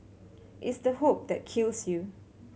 it's the hope that kills you